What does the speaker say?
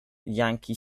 yankee